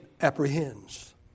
apprehends